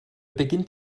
beginnt